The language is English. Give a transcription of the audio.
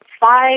five